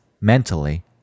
mentally